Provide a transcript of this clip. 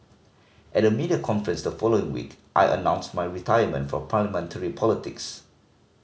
at a media conference the following week I announced my retirement from Parliamentary politics